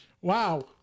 wow